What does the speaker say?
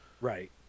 right